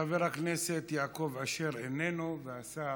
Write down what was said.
חבר הכנסת יעקב אשר, איננו, השר,